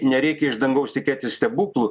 nereikia iš dangaus tikėtis stebuklų